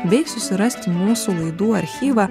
bei susirasti mūsų laidų archyvą